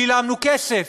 שילמנו כסף.